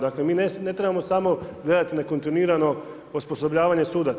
Dakle, mi ne trebamo samo gledati na kontinuirano osposobljavanje sudaca.